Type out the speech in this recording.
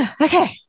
Okay